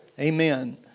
Amen